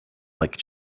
like